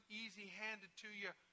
easy-handed-to-you